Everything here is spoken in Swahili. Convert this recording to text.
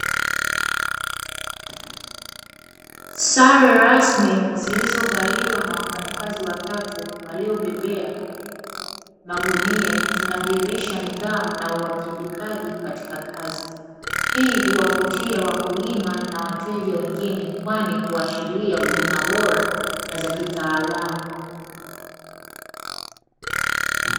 Sare rasmi zilizovaliwa na wafanyakazi watatu waliobebea magunia, zinadhihirisha nidhamu na uwajibikaji katika kazi. Hii huwavutia wakulima na wateja wengine kwani huashiria huduma bora na za kitaalamu.